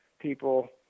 people